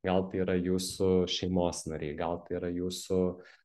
gal tai yra jūsų šeimos nariai gal tai yra jūsų